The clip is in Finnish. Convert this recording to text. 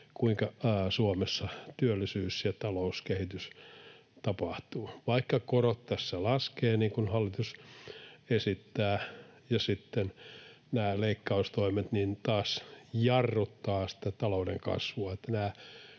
kuinka Suomessa työllisyys ja talouskehitys tapahtuvat. Vaikka korot tässä laskevat, niin kuin hallitus esittää, sitten nämä leikkaustoimet taas jarruttavat sitä talouden kasvua,